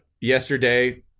yesterday